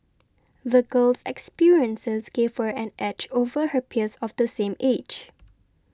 the girl's experiences gave her an edge over her peers of the same age